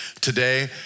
today